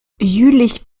jülich